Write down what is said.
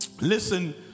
Listen